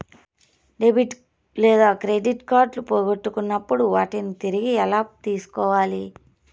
debit లేదా credit కార్డులు పోగొట్టుకున్నప్పుడు వాటిని తిరిగి ఎలా తీసుకోవాలి